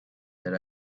that